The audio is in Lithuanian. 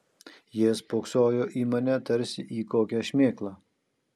jie spoksojo į mane tarsi į kokią šmėklą